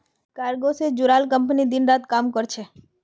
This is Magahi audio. कार्गो से जुड़ाल कंपनी दिन रात काम कर छे